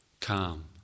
calm